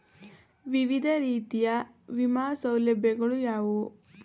ವಿವಿಧ ರೀತಿಯ ವಿಮಾ ಸೌಲಭ್ಯಗಳು ಯಾವುವು?